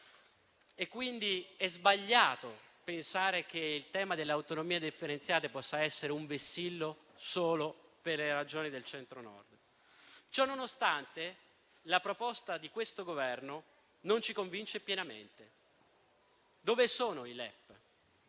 quindi pensare che il tema dell'autonomia differenziata possa essere un vessillo solo per le Regioni del Centro-Nord. Ciononostante, la proposta di questo Governo non ci convince pienamente. Dove sono i